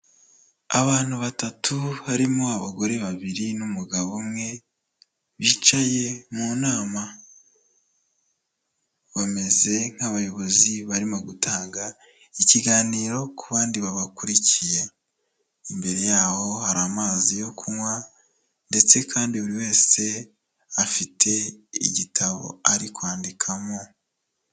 Abantu batatu barimo abagore babiri n'umugabo umwe, bicaye mu nama, bameze nk'abayobozi barimo gutanga ikiganiro ku bandi babakurikiye, imbere yaho hari amazi yo kunywa ndetse kandi buri wese afite igitabo ari kwandikamo.